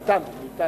מאתנו.